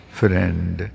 friend